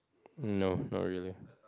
no not really